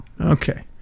Okay